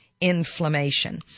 inflammation